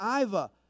Iva